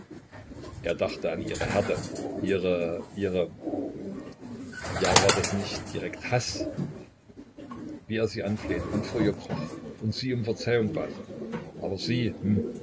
er dachte an ihre härte ihre ihre ja war das nicht direkt haß wie er sie anflehte und vor ihr kroch und sie um verzeihung bat aber sie